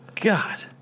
God